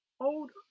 old